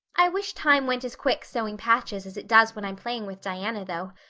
i wish time went as quick sewing patches as it does when i'm playing with diana, though.